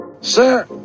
Sir